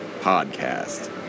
Podcast